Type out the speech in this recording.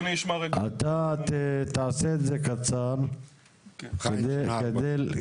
יש לי קשר לתכנית הזאת